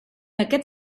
aquest